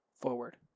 forward